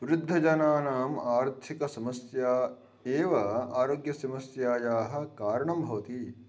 वृद्धजनानाम् आर्थिकसमस्या एव आरोग्यसमस्यायाः कारणं भवति